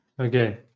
Okay